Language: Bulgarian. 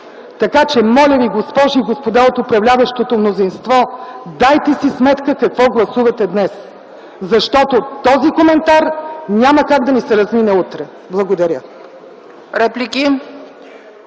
като свои. Моля ви, госпожи и господа от управляващото мнозинство, дайте си сметка какво гласувате днес, защото този коментар няма как да ви се размине утре! Благодаря.